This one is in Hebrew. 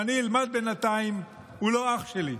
ואני אלמד בינתיים, הוא לא אח שלי,